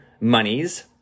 monies